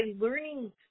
learning